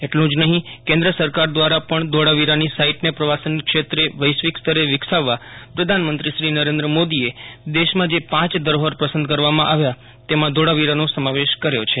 એટલું જ નહીં કેન્દ્ર સરકાર દ્વારા પણ ધોળાવીરાની સાઇટને પ્રવાસન ક્ષેત્રે વૈશ્વિક સ્તરે વિકસાવવા પ્રધાનમંત્રીશ્રી નરેન્દ્ર મોદીએ દેશમાં જે પાંચ ધરોહર પસંદ કરવામાં આવ્યા તેમાં ધોળાવીરાનો સમાવેશ કર્યો છે